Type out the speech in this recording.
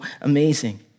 amazing